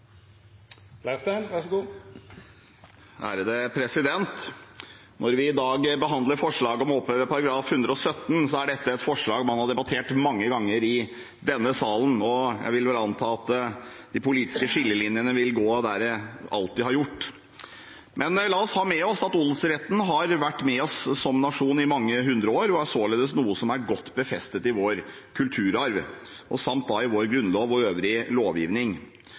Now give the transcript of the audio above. dag behandler forslaget om å oppheve § 117, er det et forslag man har debattert mange ganger i denne salen. Jeg vil anta at de politiske skillelinjene vil gå der de alltid har gjort. La oss ha med oss at odelsretten har vært med oss som nasjon i mange hundre år og er således noe som er godt befestet i vår kulturarv samt i vår grunnlov og øvrig lovgivning.